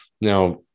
Now